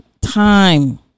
time